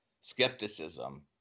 skepticism